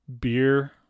beer